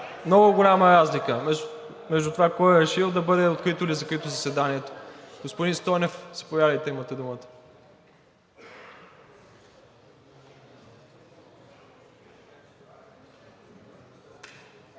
много голяма разлика, между това кой е решил да бъде открито или закрито заседанието. Господин Стойнев – заповядайте, имате думата.